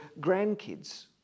grandkids